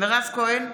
מירב כהן,